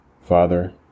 Father